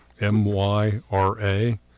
M-Y-R-A